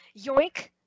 Yoink